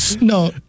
No